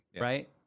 Right